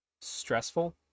stressful